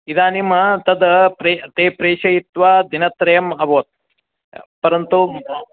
इदानीं तद् प्रे ते प्रेषयित्वा दिनत्रयम् अभवत् परन्तु